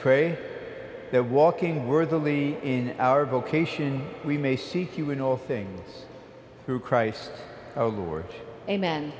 pray that walking words only in our vocation we may see human or things through christ our lord amen